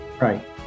Right